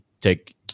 take –